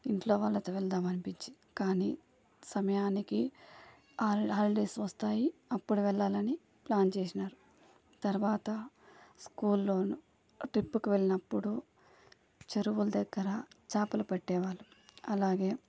ఇంట్లో వాళ్ళతో వెళదాం అనిపించింది కానీ సమయానికి హా హాలిడేస్ వస్తాయి అప్పుడు వెళ్ళాలని ప్లాన్ చేసినారు తర్వాత స్కూల్లో ట్రిప్పుకి వెళ్ళినప్పుడు చెరువుల దగ్గర చేపలు పెట్టేవారు అలాగే